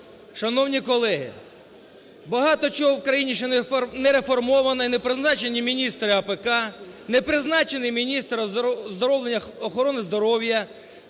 Шановні колеги, багато чого в країні ще не реформовано, не призначені міністри АПК, не призначений міністр оздоровлення...